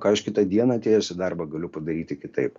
ką aš kitą dieną atėjęs į darbą galiu padaryti kitaip